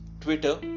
twitter